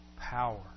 power